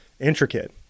intricate